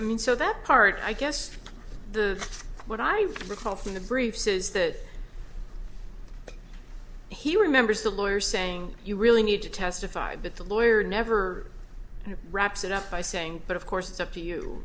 and so that part i guess the what i recall from the briefs is that he remembers the lawyers saying you really need to testified that the lawyer never wraps it up by saying but of course it's up to you